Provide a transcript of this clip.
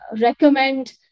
recommend